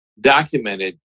documented